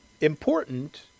important